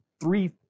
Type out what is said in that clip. three